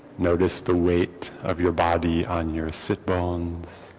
notice the weight of your body on your sit bones